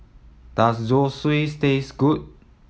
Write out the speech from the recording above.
does Zosui taste good